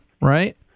right